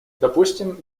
допустим